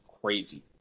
crazy